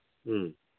ꯎꯝ